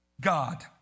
God